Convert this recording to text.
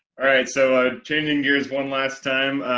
alright, so changing gears one last time,